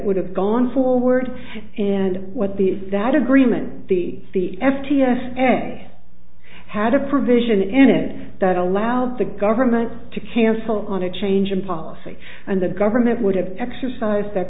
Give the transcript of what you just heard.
would have gone forward and what the that agreement the the f t s and had a provision in it that allowed the government to cancel on a change in policy and the government would have exercised that